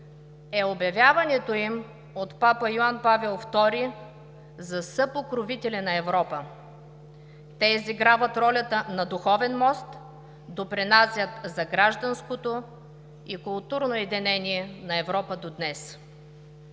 е обявяването им от папа Йоан Павел ІІ за съпокровители на Европа. Те изиграват ролята на духовен мост, допринасят за гражданското и културното единение на Европа до днес.